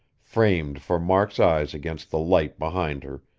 framed for mark's eyes against the light behind her,